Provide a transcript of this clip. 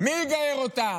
מי יגייר אותם?